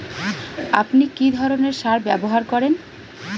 আপনি কী ধরনের সার ব্যবহার করেন?